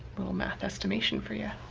little math estimation for you